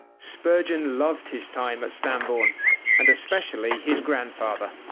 spurgeon loved his time at stambourne and especially his grandfather.